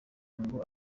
ngo